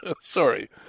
Sorry